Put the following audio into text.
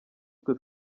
twe